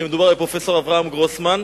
כשמדובר על פרופסור אברהם גרוסמן.